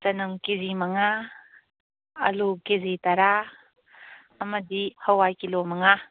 ꯆꯅꯝ ꯀꯦꯖꯤ ꯃꯉꯥ ꯑꯂꯨ ꯀꯦꯖꯤ ꯇꯔꯥ ꯑꯃꯗꯤ ꯍꯥꯋꯥꯏ ꯀꯤꯂꯣ ꯃꯉꯥ